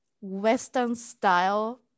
Western-style